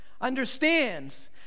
understands